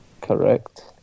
Correct